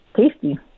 tasty